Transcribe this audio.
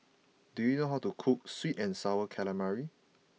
do you know how to cook Sweet and Sour Calamari